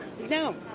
no